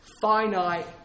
finite